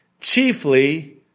chiefly